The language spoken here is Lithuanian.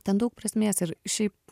ten daug prasmės ir šiaip